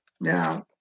Now